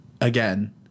again